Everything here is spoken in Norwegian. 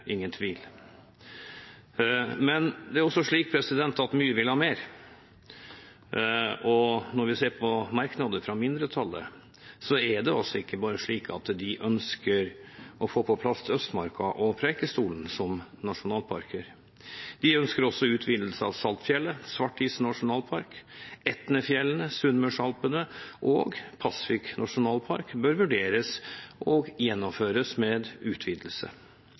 ingen tvil. Det er også slik at mye vil ha mer. Når vi ser på merknadene fra mindretallet, ønsker de ikke bare å få på plass Østmarka og Preikestolen som nasjonalparker. De ønsker også utvidelse av Saltfjellet-Svartisen nasjonalpark, og Etnefjellene, Sunnmørsalpene og Pasvik nasjonalpark bør vurderes utvidet. Dessuten ønsker de å utvide landskapsvernområder som Setesdal Vesthei og